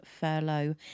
furlough